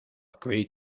great